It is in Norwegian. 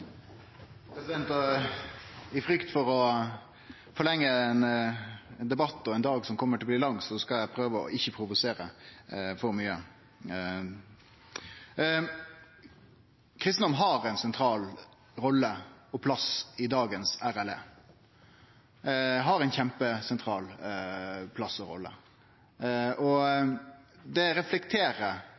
denne komiteen. I frykt for å forlenge ein debatt og ein dag som kjem til å bli lang, skal eg prøve ikkje å provosere for mykje. Kristendom har ein sentral rolle og plass i dagens RLE – ein kjempesentral plass og rolle. Det reflekterer